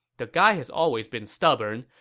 the guy has always been stubborn,